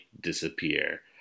Disappear